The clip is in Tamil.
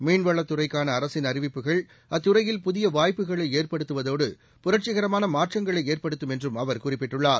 மீன்வளத்துறைக்கான அரசின் அறிவிப்புகள் அத்துறையில் புதிய வாய்ப்புகளை ஏற்படுத்துவதோடு புரட்சிகரமான மாற்றங்களை ஏற்படுத்தும் என்றும் அவர் குறிப்பிட்டுள்ளார்